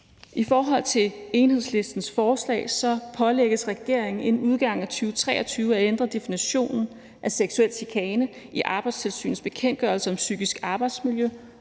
I Enhedslistens forslag pålægges regeringen inden udgangen af 2023 at ændre definitionen af seksuel chikane i Arbejdstilsynets bekendtgørelse om psykisk arbejdsmiljø